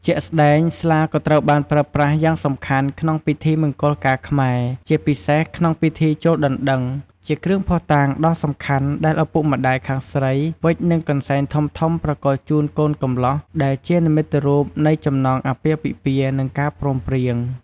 ជាក់ស្ដែង ស្លាក៏ត្រូវបានប្រើប្រាស់យ៉ាងសំខាន់ក្នុងពិធីមង្គលការខ្មែរ ជាពិសេសក្នុងពិធីចូលដណ្ដឹង ជាគ្រឿងភស្តុតាងដ៏សំខាន់ដែលឪពុកម្ដាយខាងស្រីវេចនឹងកន្សែងធំៗប្រគល់ជូនកូនកំលោះ ដែលជានិមិត្តរូបនៃចំណងអាពាហ៍ពិពាហ៍ និងការព្រមព្រៀង។